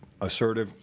assertive